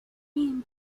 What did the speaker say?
mean